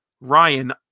Ryan